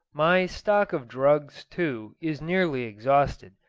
my stock of drugs, too, is nearly exhausted.